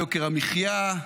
ליוקר המחיה?